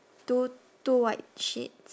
two two white sheets